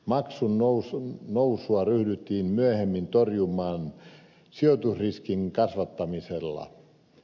maksun nousua ryhdyttiin myöhemmin torjumaan sijoitusriskin kasvattamisella